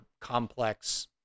complex